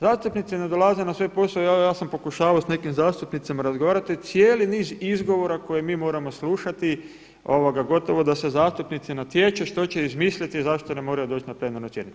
Zastupnici ne dolaze na svoj posao, evo ja sam pokušavao sa nekim zastupnicima razgovarati, cijeli niz izgovora koje mi moramo slušati gotovo da se zastupnici natječu što će izmisliti zašto ne moraju doći na plenarnu sjednicu.